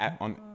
on